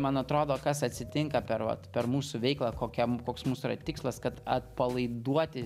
man atrodo kas atsitinka per vat per mūsų veiklą kokiam koks mūsų yra tikslas kad atpalaiduotis